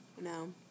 No